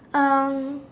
um